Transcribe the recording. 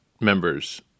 members